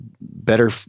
better